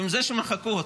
זה שמחקו אותו.